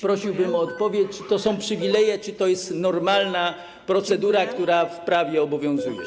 Prosiłbym o odpowiedź: Czy to są przywileje, czy to jest normalna procedura, która w prawie obowiązuje?